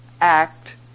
act